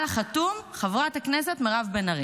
על החתום: חברת הכנסת מירב בן ארי.